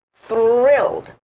thrilled